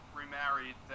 remarried